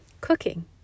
Cooking